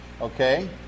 Okay